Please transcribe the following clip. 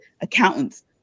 accountants